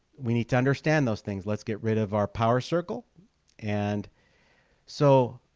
we need to understand those things. let's get rid of our power circle and so